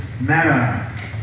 matter